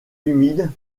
humide